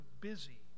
busy